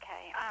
Okay